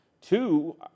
Two